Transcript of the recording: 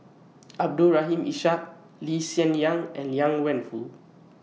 Abdul Rahim Ishak Lee Hsien Yang and Liang Wenfu